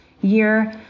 year